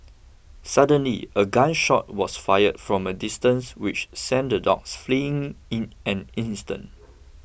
suddenly a gun shot was fired from a distance which sent the dogs fleeing in an instant